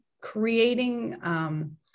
creating